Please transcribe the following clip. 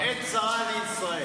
עת צרה לישראל